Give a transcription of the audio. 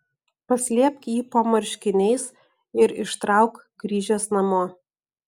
paslėpk jį po marškiniais ir ištrauk grįžęs namo